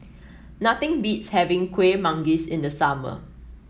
nothing beats having Kuih Manggis in the summer